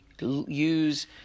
use